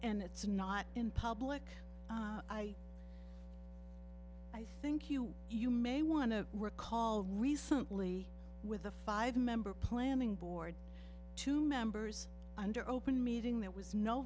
and it's not in public eye i think you you may want to recall recently with a five member planning board two members under open meeting there was no